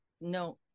no